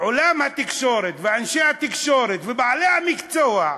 עולם התקשורת ואנשי התקשורת ובעלי המקצוע,